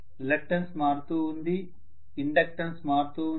reluctance మారుతూ ఉంది inductance మారుతూ ఉంది